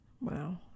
Wow